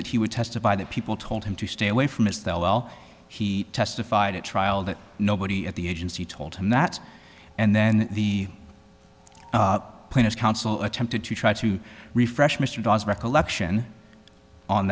that he would testify that people told him to stay away from is that while he testified at trial that nobody at the agency told him that and then the plaintiff's counsel attempted to try to refresh mr doss recollection on